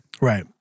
Right